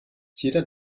jeder